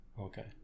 Okay